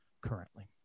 currently